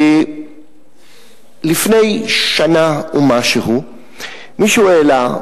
לפני שנה ומשהו מישהו העלה,